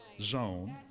zone